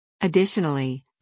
Additionally